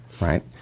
right